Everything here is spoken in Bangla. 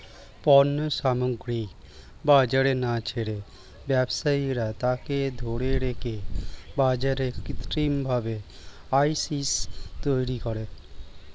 পণ্য সামগ্রী বাজারে না ছেড়ে ব্যবসায়ীরা তাকে ধরে রেখে বাজারে কৃত্রিমভাবে ক্রাইসিস তৈরী করে